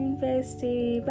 bestie